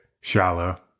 shallow